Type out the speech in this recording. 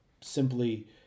simply